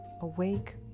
awake